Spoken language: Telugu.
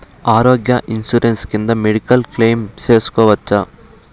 ఆరోగ్య ఇన్సూరెన్సు కింద మెడికల్ క్లెయిమ్ సేసుకోవచ్చా?